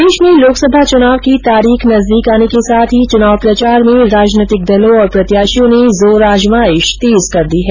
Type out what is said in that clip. प्रदेश में लोकसभा चुनाव की तारीख नजदीक आने के साथ ही चुनाव प्रचार में राजनैतिक दलों और प्रत्याशियों ने जोर आजमाइश तेज कर दी है